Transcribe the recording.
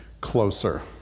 closer